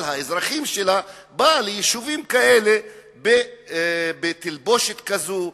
האזרחים שלה באה ליישובים כאלה בתלבושת כזו,